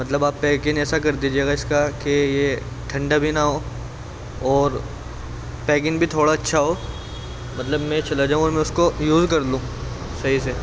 مطلب آپ پیکن ایسا کر دیجیے گا اس کا کہ یہ ٹھنڈا بھی نہ ہو اور پیکن بھی تھوڑا اچھا ہو مطلب میں چلا جاؤں اور میں اس کو یوز کر لوں صحیح سے